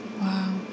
Wow